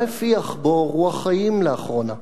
מה הפיח בו רוח חיים לאחרונה?